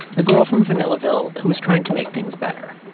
the girl from vanillaville who was trying to make things better,